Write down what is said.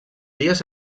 illes